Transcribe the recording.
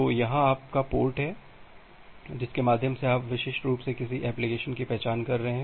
तो यहाँ आपका पोर्ट है जिसके माध्यम से आप विशिष्ट रूप से किसी एप्लिकेशन की पहचान कर रहे हैं